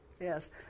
yes